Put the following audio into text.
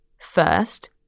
First